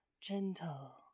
gentle